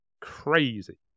Crazy